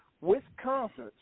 Wisconsin